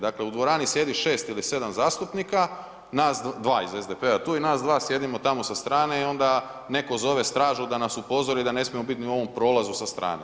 Dakle u dvorani 6 ili 7 zastupnika, nas 2 iz SDP-a tu i nas dva sjedimo tamo sa strane i onda neko zove stražu da nas upozori da ne smijemo biti ni u ovom prolazu sa strane.